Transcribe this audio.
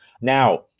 Now